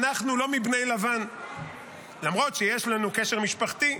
אנחנו לא מבני לבן, למרות שיש לנו קשר משפחתי.